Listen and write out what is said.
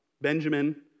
Benjamin